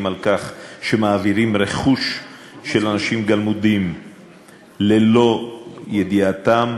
לכך שמעבירים רכוש של אנשים גלמודים ללא ידיעתם.